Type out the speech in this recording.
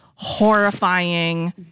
Horrifying